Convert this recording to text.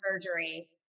surgery